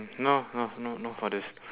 no no no not for this